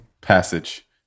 passage